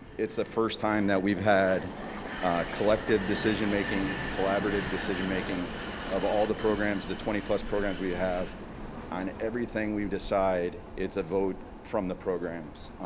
it's the first time that we've had collective decision making collaborative decision making of all the programs the twenty plus programs we have on everything we've decide it's a vote from the programs.